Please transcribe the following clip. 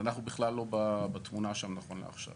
אנחנו בכלל לא בתמונה שם נכון לעכשיו